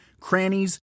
crannies